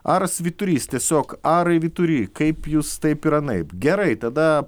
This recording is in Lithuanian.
aras vyturys tiesiog arai vytury kaip jūs taip ir anaip gerai tada